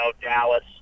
Dallas